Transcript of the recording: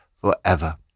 forever